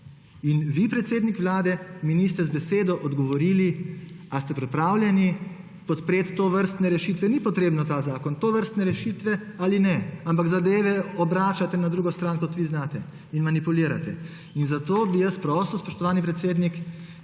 In vi, predsednik Vlade, mi niste z besedo odgovorili, ali ste pripravljeni podpreti tovrstne rešitve, ni potrebno ta zakon, tovrstne rešitve., Ampak zadeve obračate na drugo stran, kot vi znate, in manipulirate. Zato bi jaz prosil, spoštovani predsednik,